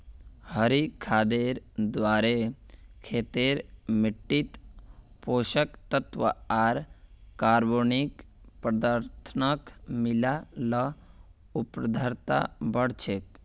हरी खादेर द्वारे खेतेर मिट्टित पोषक तत्त्व आर कार्बनिक पदार्थक मिला ल उर्वरता बढ़ छेक